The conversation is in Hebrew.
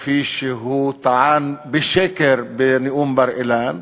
כפי שהוא טען בשקר בנאום בר-אילן,